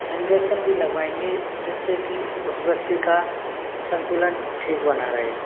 injection भी लगवाएंगे जिससे कि उस व्यक्ति का संतुलन ठीक बना रहे